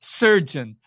surgeon